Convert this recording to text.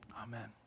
Amen